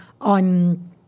on